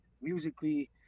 musically